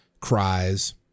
Cries